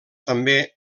també